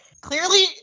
Clearly